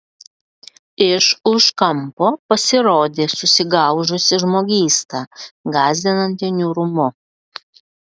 iš už kampo pasirodė susigaužusi žmogysta gąsdinanti niūrumu